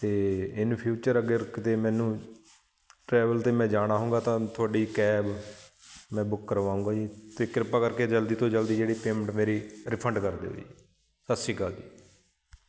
ਅਤੇ in future ਅਗਰ ਕਿਤੇ ਮੈਨੂੰ ਟਰੈਵਲ 'ਤੇ ਮੈਂ ਜਾਣਾ ਹੋਊਗਾ ਤਾਂ ਤੁਹਾਡੀ ਕੈਬ ਮੈਂ ਬੁੱਕ ਕਰਵਾਉਂਗਾ ਜੀ ਅਤੇ ਕਿਰਪਾ ਕਰਕੇ ਜਲਦੀ ਤੋਂ ਜਲਦੀ ਜਿਹੜੀ ਪੇਮੈਂਟ ਮੇਰੀ ਰਿਫੰਡ ਕਰ ਦਿਉ ਜੀ ਸਤਿ ਸ਼੍ਰੀ ਅਕਾਲ ਜੀ